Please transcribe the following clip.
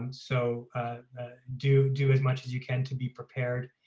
so ah ah do do as much as you can to be prepared,